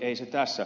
ei se tässä